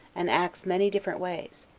and acts many different ways,